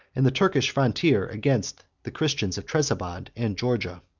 and the turkish frontier against the christians of trebizond and georgia.